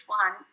one